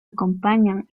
acompañan